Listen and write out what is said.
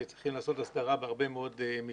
שצריך לעשות הסדרה בהרבה מאוד מקרים.